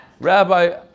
Rabbi